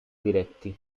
diretti